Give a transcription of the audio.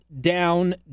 down